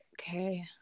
Okay